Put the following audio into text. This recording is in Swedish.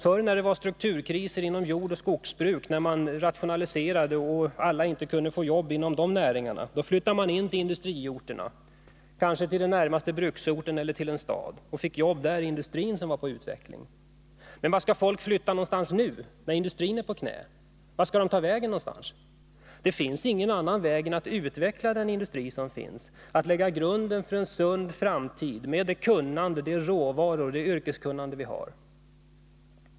När det förr var strukturkriser inom jordoch skogsbruk, när man rationaliserade och alla inte kunde få jobbinom de näringarna, flyttade människorna in till industriorterna, kanske till den närmaste bruksorten eller till en stad, och fick jobb i industrin som var på utveckling. Men vart skall människorna flytta nu när industrin är på knä? Vart skall de ta vägen? Det finns ingen annan utväg än att utveckla den industri som finns, att lägga grunden för en sund framtid med de råvaror och det yrkeskunnande som vi har.